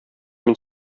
мин